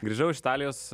grįžau iš italijos